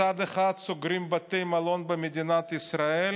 מצד אחד סוגרים בתי מלון במדינת ישראל,